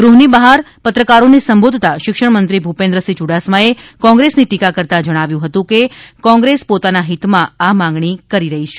ગૃહની બહાર પત્રકારોને સંબોધતા શિક્ષણ મંત્રી ભુપેન્દ્ર સિંહ ચુડાસમાએ કોંગ્રેસની ટીકા કરતાં જણાવ્યુ હતું કે કોંગ્રેસ પોતાના હિતમાં આ માગણી કરી રહી છે